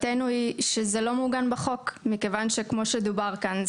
מעוגן בחוק מכיוון שכמו שדובר כאן,